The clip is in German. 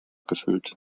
gefüllt